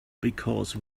because